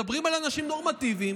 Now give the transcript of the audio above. מדברים על אנשים נורמטיביים,